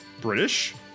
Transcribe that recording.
British